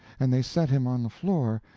and they set him on the floor,